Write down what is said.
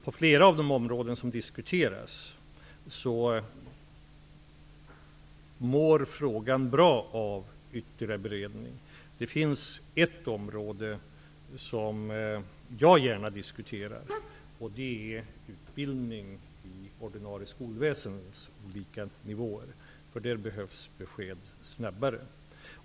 På flera av de områden som diskuteras mår frågan bra av ytterligare beredning. Det finns ett område som jag gärna diskuterar, och det är utbildning i ordinarie skolväsende på olika nivåer. Där behövs besked snabbare.